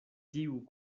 tiu